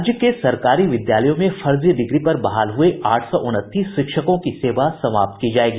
राज्य के सरकारी विद्यालयों में फर्जी डिग्री पर बहाल हये आठ सौ उनतीस शिक्षकों की सेवा समाप्त की जायेगी